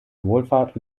wohlfahrt